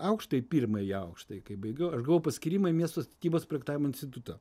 aukštąją pirmąjį aukštą kai baigiau aš gavau paskyrimą į miesto statybos projektavimo institutą